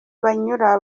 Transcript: banyura